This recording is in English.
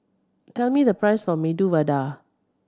tell me the price of Medu Vada